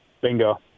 Bingo